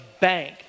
bank